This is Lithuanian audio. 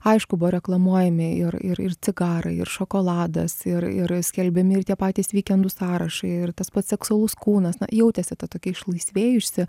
aišku buvo reklamuojami ir ir ir cigarai ir šokoladas ir ir skelbiami ir tie patys vykendų sąrašai ir tas pats seksualus kūnas na jautėsi ta tokia išlaisvėjusi